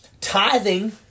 Tithing